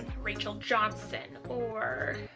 rachel johnson or